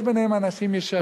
יש ביניהם אנשים ישרים,